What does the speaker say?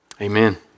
amen